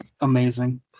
amazing